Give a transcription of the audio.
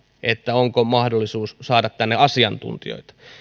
onko mahdollisuus saada tänne asiantuntijoita niin